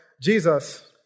Jesus